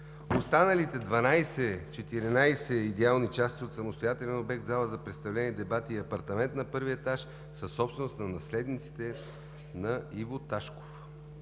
Останалите 12/14 идеални части от самостоятелен обект – зала за представления и дебати и апартамент на първия етаж, са собственост на наследниците на Иво Ташков.